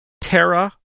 Terra